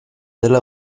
dela